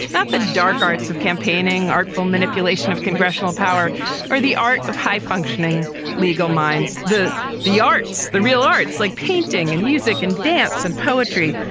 not the dark arts of campaigning, artful manipulation of congressional power or the art of high functioning legal minds. the the arts, the real arts like painting and music and dance and poetry.